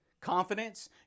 confidence